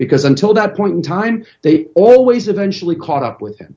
because until that point in time they always eventually caught up with h